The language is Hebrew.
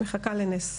מחכה לנס.